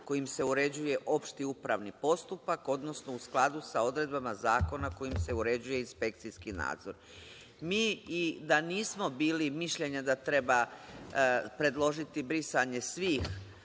kojim se uređuje opšti upravni postupak, odnosno u skladu sa odredbama zakona kojim se uređuje inspekcijski nadzor. Mi i da nismo bili mišljenja da treba predložiti brisanje svih